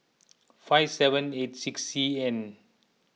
five seven eight six C N